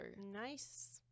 Nice